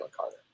Carter